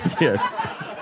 Yes